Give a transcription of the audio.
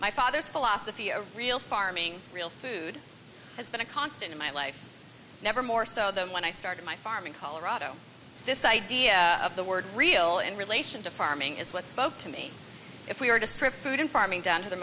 my father's philosophy a real farming real food has been a constant in my life never more so than when i started my farm in colorado this idea of the word real in relation to farming is what spoke to me if we were to strip food in farming down to the